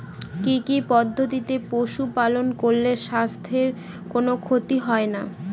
কি কি পদ্ধতিতে পশু পালন করলে স্বাস্থ্যের কোন ক্ষতি হয় না?